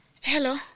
Hello